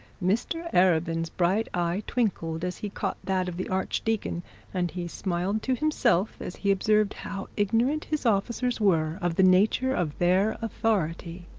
mr arabin's bright eye twinkled as he caught that of the archdeacon and he smiled to himself as he observed how ignorant his officers were of the nature of their authority,